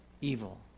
evil